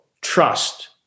trust